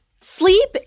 Sleep